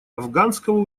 афганского